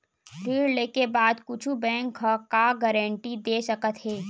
ऋण लेके बाद कुछु बैंक ह का गारेंटी दे सकत हे?